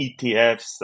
ETFs